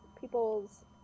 people's